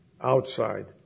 outside